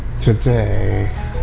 today